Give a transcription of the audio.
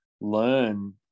learn